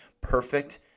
perfect